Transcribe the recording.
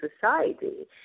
society